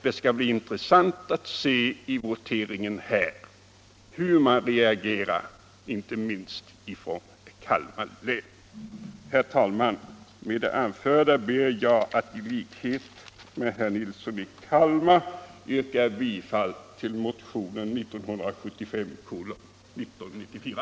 Det skall bli intressant att se vid voteringen hur ledamöterna från Kalmar län reagerar. Herr talman! Med det anförda ber jag i likhet med herr Nilsson i Kalmar få yrka bifall till motionen 1994.